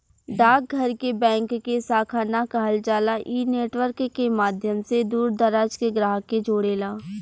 डाक घर के बैंक के शाखा ना कहल जाला इ नेटवर्क के माध्यम से दूर दराज के ग्राहक के जोड़ेला